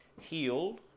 healed